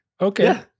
okay